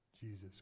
Jesus